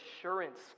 assurance